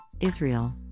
Israel